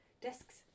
desks